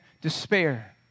despair